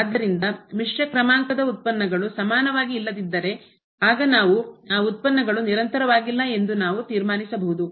ಆದ್ದರಿಂದ ಮಿಶ್ರ ಕ್ರಮಾಂಕದ ಉತ್ಪನ್ನಗಳು ಸಮಾನವಾಗಿ ಇಲ್ಲದಿದ್ದರೆ ಆಗ ನಾವು ಆ ಉತ್ಪನ್ನಗಳು ನಿರಂತರವಾಗಿಲ್ಲ ಎಂದು ನಾವು ತೀರ್ಮಾನಿಸಬಹುದು